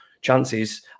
chances